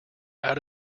out